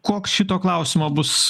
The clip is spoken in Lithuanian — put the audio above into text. koks šito klausimo bus